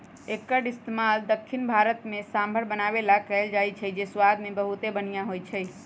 एक्कर इस्तेमाल दख्खिन भारत में सांभर बनावे ला कएल जाई छई जे स्वाद मे बहुते बनिहा होई छई